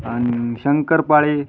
आणि शंकरपाळी